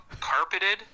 carpeted